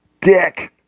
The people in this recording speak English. dick